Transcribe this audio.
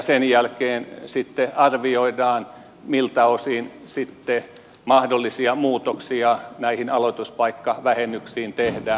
sen jälkeen sitten arvioidaan miltä osin mahdollisia muutoksia näihin aloituspaikkavähennyksiin tehdään